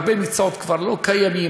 הרבה מקצועות כבר לא קיימים.